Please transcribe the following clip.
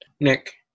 Nick